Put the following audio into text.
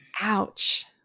ouch